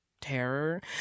terror